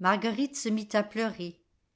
marguerite se mit à pleurer